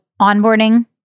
onboarding